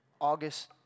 August